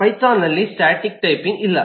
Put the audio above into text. ಪೈಥಾನ್ನಲ್ಲಿ static typing ಇಲ್ಲ